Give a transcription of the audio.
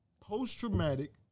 Post-traumatic